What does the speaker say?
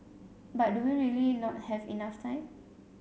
but do we really not have enough time